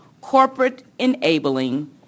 corporate-enabling